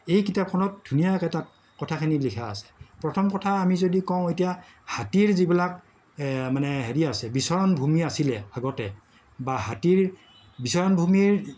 এই কিতাপখনত ধুনীয়াকে তাত কথাখিনি লিখা আছে প্ৰথম কথা আমি যদি কওঁ এতিয়া হাতীৰ যিবিলাক মানে হেৰি আছে বিচৰণ ভূমি আছিলে আগতে বা হাতীৰ বিচৰণ ভূমিৰ